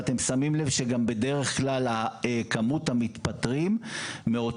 ואתם שמים לב שגם בדרך כלל כמות המתפטרים מאותו